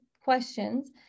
questions